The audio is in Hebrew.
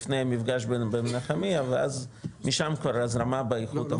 לפני המפגש במנחמיה ואז משם כבר הזרמה באיכות -- לא,